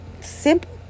simple